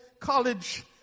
college